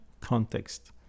context